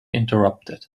interrupted